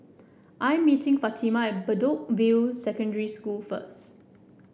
I am meeting Fatima at Bedok View Secondary School first